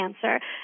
cancer